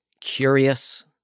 curious